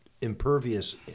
impervious